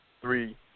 three